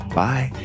Bye